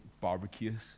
barbecues